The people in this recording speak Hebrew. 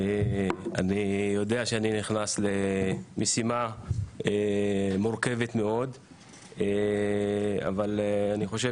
אני יודע שאני נכנס למשימה מורכבת מאוד אבל אני חושב